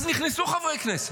אז נכנסו חברי הכנסת.